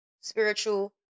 spiritual